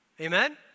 amen